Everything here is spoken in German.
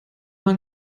man